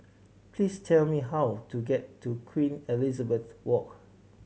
please tell me how to get to Queen Elizabeth Walk